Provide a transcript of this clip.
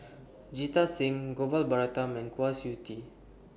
Jita Singh Gopal Baratham and Kwa Siew Tee